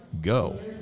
go